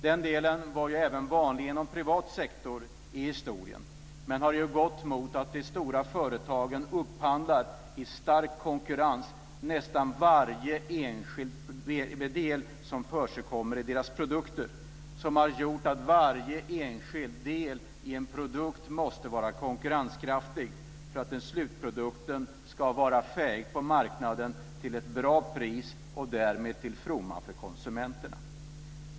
Den delen var ju vanlig även inom privat sektor i historien, men det har ju gått mot att de stora företagen i stark konkurrens upphandlar nästan varje enskild del som förekommer i deras produkter. Det gör att varje enskild del i en produkt måste vara konkurrenskraftig för att slutprodukten ska vara fäig på marknaden till ett bra pris och därmed till fromma för konsumenterna.